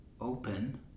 open